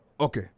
Okay